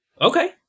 Okay